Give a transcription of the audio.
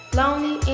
lonely